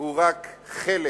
הוא רק חלק